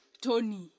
Tony